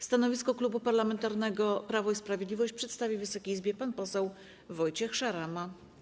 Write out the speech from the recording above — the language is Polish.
Stanowisko Klubu Parlamentarnego Prawo i Sprawiedliwość przedstawi Wysokiej Izbie pan poseł Wojciech Szarama.